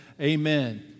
amen